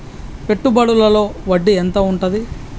పెట్టుబడుల లో వడ్డీ ఎంత ఉంటది?